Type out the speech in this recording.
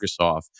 Microsoft